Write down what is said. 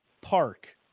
park